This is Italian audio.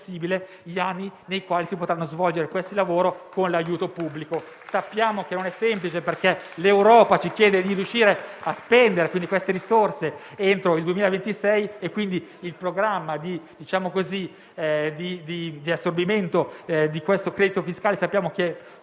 gli anni nei quali si potranno svolgere i lavori con l'aiuto pubblico. Sappiamo che non è semplice, perché l'Europa ci chiede di riuscire a spendere queste risorse entro il 2026 e quindi il programma di assorbimento di questo credito fiscale andrebbe